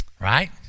right